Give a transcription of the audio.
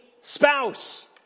spouse